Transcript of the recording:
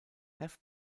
have